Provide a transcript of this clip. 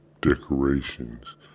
decorations